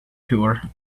tour